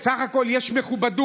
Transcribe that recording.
בסך הכול יש מכובדות.